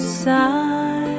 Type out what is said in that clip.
side